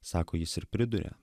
sako jis ir priduria